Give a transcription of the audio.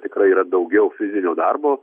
tikrai yra daugiau fizinio darbo